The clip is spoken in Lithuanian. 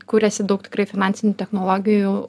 kuriasi daug tikrai finansinių technologijų